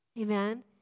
Amen